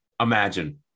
Imagine